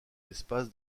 l’espace